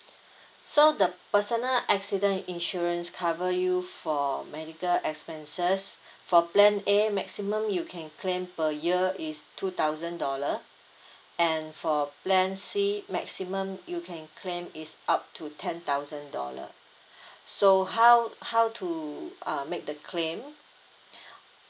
so the personal accident insurance cover you for medical expenses for plan a maximum you can claim per year is two thousand dollar and for plan c maximum you can claim is up to ten thousand dollar so how how to uh make the claim